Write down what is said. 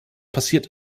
passiert